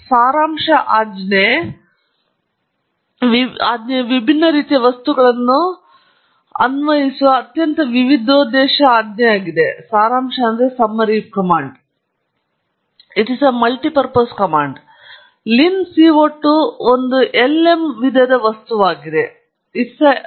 ಸಾರಾಂಶ ಆಜ್ಞೆಯು ವಿಭಿನ್ನ ರೀತಿಯ ವಸ್ತುಗಳನ್ನು ಅನ್ವಯಿಸುವ ಅತ್ಯಂತ ವಿವಿಧೋದ್ದೇಶದ ಆಜ್ಞೆಯಾಗಿದೆ ಲಿನ್ CO 2 ಒಂದು ಎಲ್ಎಮ್ ವಿಧದ ವಸ್ತುವಾಗಿದೆ ಮೂಲಭೂತವಾಗಿ ಅದು ಮಾದರಿ ವಿಧದ ವಸ್ತುವಾಗಿದೆ ಮತ್ತು ಅದರಲ್ಲಿ ಹಲವಾರು ಅಂಶಗಳಿವೆ